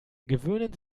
gewöhnen